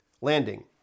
landing